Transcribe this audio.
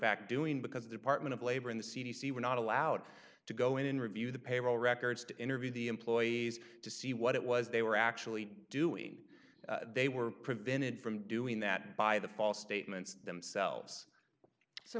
fact doing because the department of labor in the c d c were not allowed to go in and review the payroll records to interview the employees to see what it was they were actually doing they were prevented from doing that by the false statements themselves so